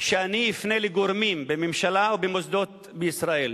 שאני אפנה לגורמים בממשלה ובמוסדות בישראל